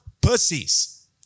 pussies